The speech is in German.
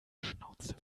schnauzte